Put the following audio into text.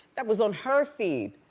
that was on her feed.